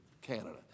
Canada